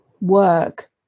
work